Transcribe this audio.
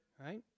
right